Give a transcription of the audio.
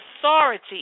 authority